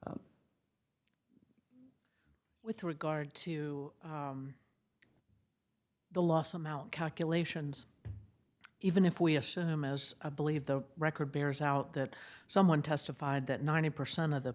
with regard to the loss of calculations even if we assume as i believe the record bears out that someone testified that ninety percent of the